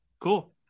Cool